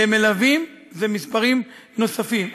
למלווים זה מספרים נוספים.